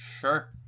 Sure